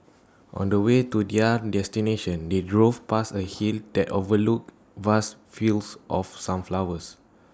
on the way to their destination they drove past A hill that overlooked vast fields of sunflowers